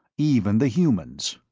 even the humans.